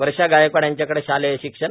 वर्षा गायकवाड यांच्याकडे शालेय शिक्षण